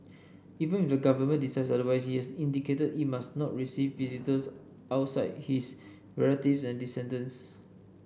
even if the government decides otherwise he is indicated it must not receive visitors outside his relative and descendants